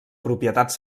propietats